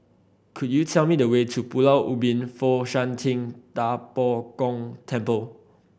could you tell me the way to Pulau Ubin Fo Shan Ting Da Bo Gong Temple